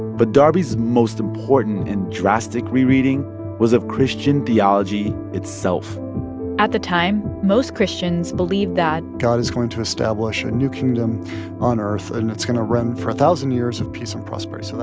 but darby's most important and drastic rereading was of christian theology itself at the time, most christians believed that. god is going to establish a new kingdom on earth, and it's going to run for a thousand years of peace and prosperity.